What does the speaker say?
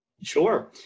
Sure